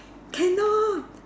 cannot